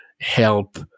help